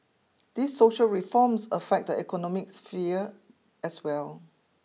these social reforms affect the economic sphere as well